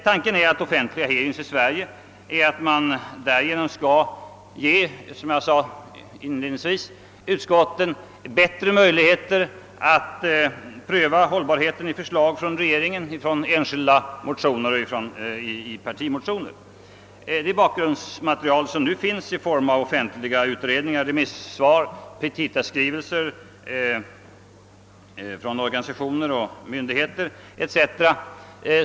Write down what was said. Tanken med att ha offentliga hearings här i riksdagen är att man därigenom kan ge utskotten bättre möjligheter att pröva hållbarheten i förslag från regeringen och i enskilda motioner och partimotioner. Det bakgrundsmaterial som nu finns i form av offentliga utredningar, remissvar, petitaskrivelser från organisationer och myndigheter etc.